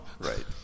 right